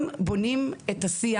- הם בונים את השיח,